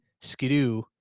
Skidoo